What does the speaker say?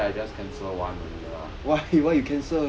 recently I just cancel one only lah